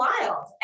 wild